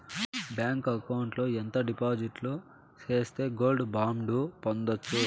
Bank account లో ఎంత డిపాజిట్లు సేస్తే గోల్డ్ బాండు పొందొచ్చు?